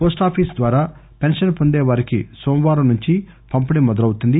వోస్టాఫీసు ద్వారా పెన్షన్ వొందేవారికి నోమవారం నుంచి పంపిణీ మొదలవుతుంది